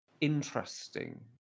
interesting